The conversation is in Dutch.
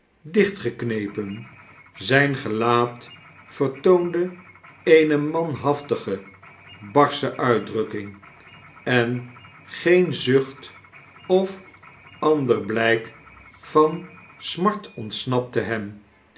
geknepen zijn gelaat vertoonde eene manhaftige barsche uitdrukkmg en geen zucht of ander blijk van smart ontsnapte hem